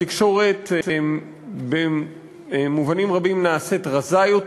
התקשורת במובנים רבים נעשית רזה יותר